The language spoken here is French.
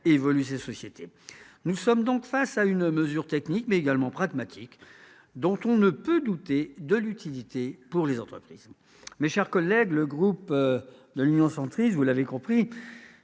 évoluent les sociétés. Nous sommes donc face à une mesure certes technique, mais également pragmatique, dont on ne peut douter de l'utilité pour les entreprises. Mes chers collègues, le groupe Union Centriste, vous l'avez compris,